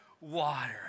water